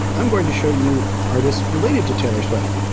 i'm going to show you artists related to taylor swift.